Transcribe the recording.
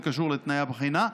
זה קשור לתנאי הבחינה,